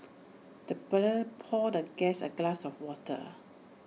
the butler poured the guest A glass of water